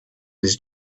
his